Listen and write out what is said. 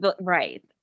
Right